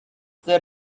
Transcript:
there